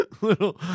Little